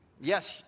Yes